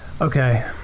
okay